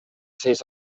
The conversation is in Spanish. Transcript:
seis